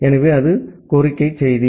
எனவே அது கோரிக்கை செய்தி